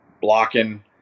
blocking